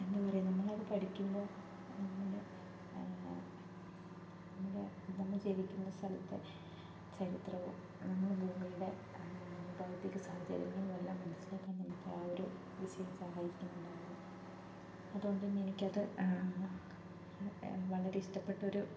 എന്താ പറയുക നമ്മളത് പഠിക്കുമ്പോൾ നമ്മുടെ നമ്മുടെ നമ്മൾ ജീവിക്കുന്ന സ്ഥലത്തെ ചരിത്രവും നമ്മുടെ ഭൂമിയുടെ ഭൗതിക സാഹചര്യങ്ങളും എല്ലാം മനസ്സിലാക്കാൻ നമുക്ക് ആ ഒരു വിഷയം സഹായിക്കുന്നുണ്ടായിരുന്നു അതുകൊണ്ട് തന്നെ എനിക്കത് വളരെ ഇഷ്ടപ്പെട്ടൊരു